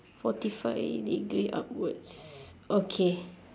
forty five degree upwards okay